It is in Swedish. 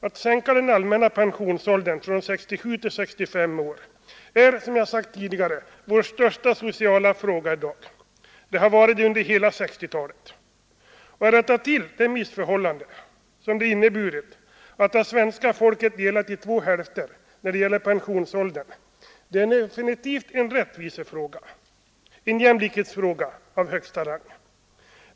Att sänka den allmänna pensionsåldern från 67 till 65 år är, som jag sagt tidigare, vår största sociala fråga i dag och har varit det under hela 1960-talet. Att rätta till det missförhållande som det inneburit att ha svenska folket delat i två hälfter när det gäller pensionsåldern är definitivt en rättvisefråga, en jämlikhetsfråga av högsta rang.